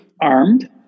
armed